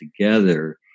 together